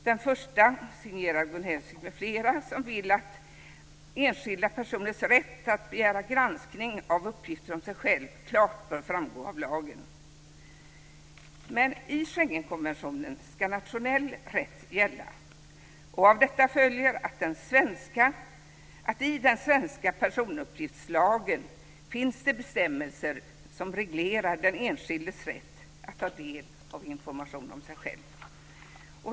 Den första är signerad av Gun Hellsvik m.fl. som vill att enskilda personers rätt att begära granskning av uppgifter om sig själva klart bör framgå av lagen. Men i Schengenkonventionen ska nationell rätt gälla. Av detta följer att det i den svenska personuppgiftslagen finns bestämmelser som reglerar den enskildes rätt att ta del av information om sig själv.